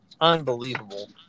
unbelievable